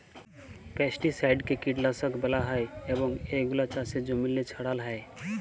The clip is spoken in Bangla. পেস্টিসাইডকে কীটলাসক ব্যলা হ্যয় এবং এগুলা চাষের জমিল্লে ছড়াল হ্যয়